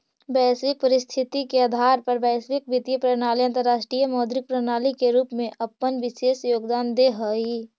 वैश्विक परिस्थिति के आधार पर वैश्विक वित्तीय प्रणाली अंतरराष्ट्रीय मौद्रिक प्रणाली के रूप में अपन विशेष योगदान देऽ हई